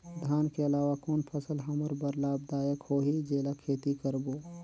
धान के अलावा कौन फसल हमर बर लाभदायक होही जेला खेती करबो?